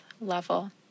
level